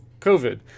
covid